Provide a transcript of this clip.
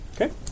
Okay